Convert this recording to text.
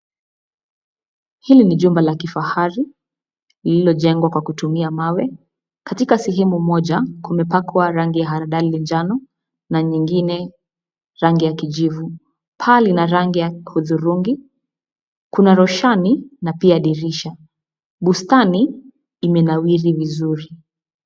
Hili ni jumba la kifahari, lililojengwa kwa kutumia mawe. Katika sehemu moja, kumepakwa rangi ya haradali njano, na nyingine rangi ya kijivu. Paa lina rangi ya hudhurungi. Kuna roshani, na pia dirisha. Bustani imenawiri vizuri.